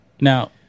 Now